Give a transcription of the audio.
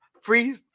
Free